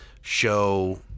show